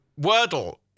Wordle